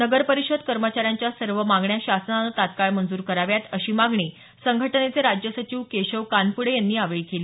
नगरपरिषद कर्मचाऱ्यांच्या सर्व मागण्या शासनानं तात्काळ मंजूर कराव्यात अशी मागणी संघटनेचे राज्य सचिव केशव कानपुडे यांनी यावेळी केली